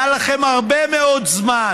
היה לכם הרבה מאוד זמן.